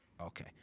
Okay